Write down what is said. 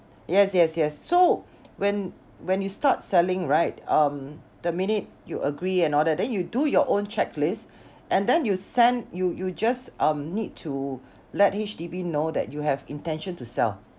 yes yes yes so when when you start selling right um the minute you agree and all that then you do your own checklist and then you send you you just um need to let H_D_B know that you have intention to sell